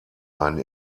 einen